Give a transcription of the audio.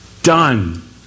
done